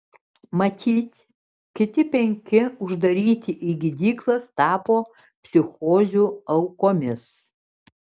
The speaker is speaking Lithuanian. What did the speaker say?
matyt kiti penki uždaryti į gydyklas tapo psichozių aukomis